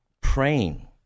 praying